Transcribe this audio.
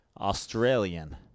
Australian